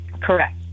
Correct